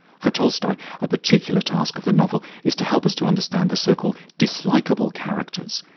for tolstoy, a particular task of the novel is to help us to understand the so-called dislikeable characters.